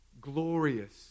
Glorious